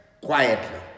quietly